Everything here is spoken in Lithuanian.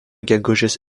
gegužės